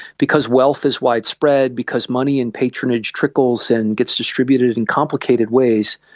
because wealth is widespread, because money and patronage trickles and gets distributed in complicated ways,